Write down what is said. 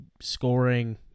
scoring